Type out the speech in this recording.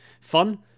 fun